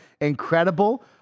incredible